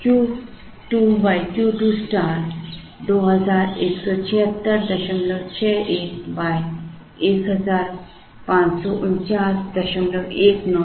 Q 2 Q 2 star 217661 154919 14049